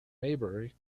maybury